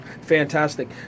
Fantastic